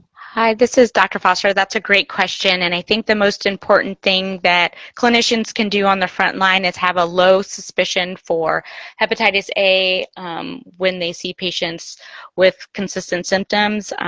hi, this is dr. foster. that's a great question. and i think the most important thing that clinicians can do on the front line is have a low suspicion for hepatitis a when they see patients with consistent symptoms.